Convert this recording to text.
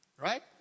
Right